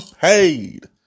paid